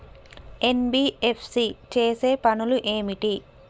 NBFC చేసే పనులు ఏమిటి?